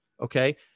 okay